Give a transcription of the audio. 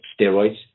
steroids